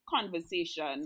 conversation